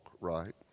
right